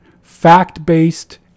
fact-based